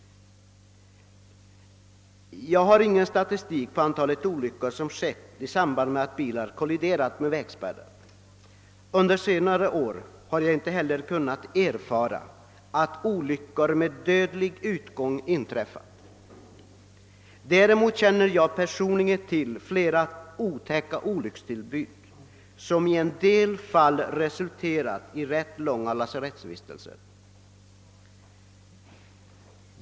Jag har ingen statistik på antalet olyckor som skett i samband med att bilar kolliderat med väg spärrar. Under senare år har jag inte heller kunnat erfara att olyckor med dödlig utgång inträffat. Däremot känner jag personligen till flera otäcka olyckstillbud som i en del fall resulterat i rätt långa lasarettsvistelser.